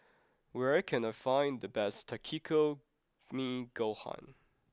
where can I find the best Takikomi Gohan